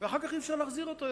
ואחר כך אי-אפשר להחזיר אותו יותר.